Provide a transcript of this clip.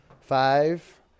Five